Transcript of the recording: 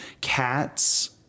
cats